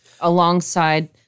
alongside